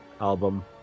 album